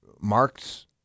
Mark's